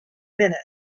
minute